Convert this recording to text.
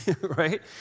Right